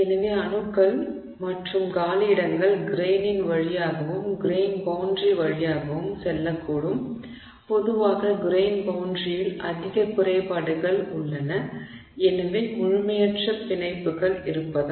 எனவே அணுக்கள் மற்றும் காலியிடங்கள் கிரெய்னின் வழியாகவும் கிரெய்ன் பௌண்டரி வழியாகவும் செல்லக்கூடும் பொதுவாக கிரெய்ன் பௌண்டரியில் அதிக குறைபாடுகள் உள்ளன எனவே முழுமையற்ற பிணைப்புகள் இருப்பதால்